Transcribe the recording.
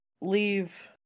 leave